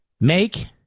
make